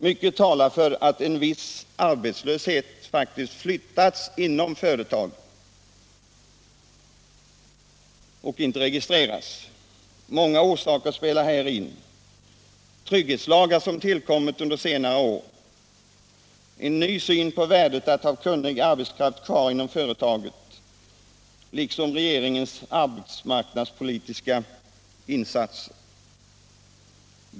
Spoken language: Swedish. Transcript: Mycket talar för att en viss arbetslöshet har flyttats inom företagen och inte registrerats. Många orsaker spelar här in: trygghetslagar som har tillkommit under senare år, en ny syn på värdet av att ha kunnig arbetskraft kvar inom företagen, liksom regeringens arbetsmarknadspolitiska insatser.